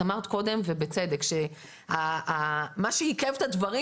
את אמרת קודם ובצדק שמה שעיכב את הדברים